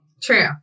True